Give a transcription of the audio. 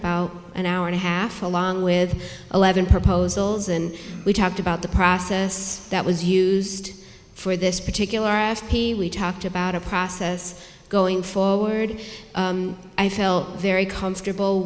winkler an hour and a half along with eleven proposals and we talked about the process that was used for this particular ascii we talked about a process going forward i felt very comfortable